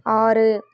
ஆறு